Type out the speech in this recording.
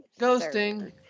ghosting